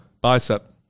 Bicep